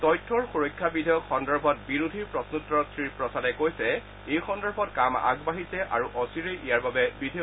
তথ্যৰ সুৰক্ষা বিধেয়ক সন্দৰ্ভত বিৰোধীৰ প্ৰশ্নোত্তৰত শ্ৰী প্ৰসাদে কৈছে এই সন্দৰ্ভত কাম আগবাঢ়িছে আৰু অচিৰেই ইয়াৰ বাবে বিধেয়ক অনা হ'ব